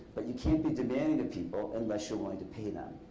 but you can't be demanding to people unless you are willing to pay them.